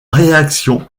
réaction